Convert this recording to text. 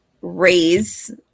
raise